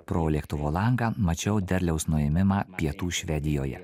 pro lėktuvo langą mačiau derliaus nuėmimą pietų švedijoje